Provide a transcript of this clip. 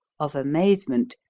of amazement,